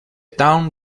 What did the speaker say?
town